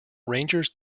rangers